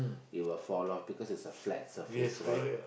it fall off because it's a flat surface right